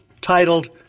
titled